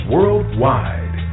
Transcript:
Worldwide